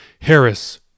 Harris